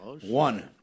One